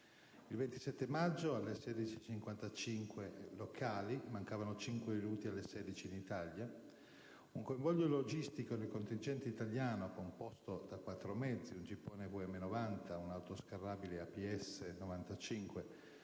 Il 27 maggio, alle ore 16,55 locali (mancavano cinque minuti alle ore 16 in Italia), un convoglio logistico del contingente italiano composto da quattro mezzi, un gippone VM-90, un autoscarrabile APS-95,